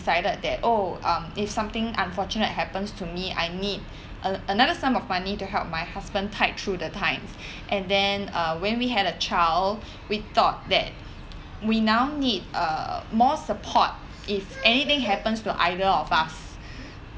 decided that oh um if something unfortunate happens to me I need a another sum of money to help my husband tide through the times and then uh when we had a child we thought that we now need uh more support if anything happens to either of us